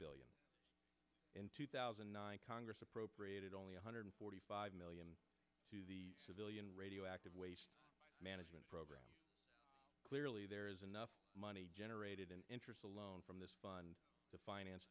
billion in two thousand and nine congress appropriated only one hundred forty five million to the civilian radioactive waste management program clearly there is enough money generated in interest alone from this fund to finance